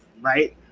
right